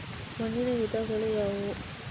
ಮಣ್ಣಿನ ವಿಧಗಳು ಯಾವುವು?